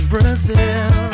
Brazil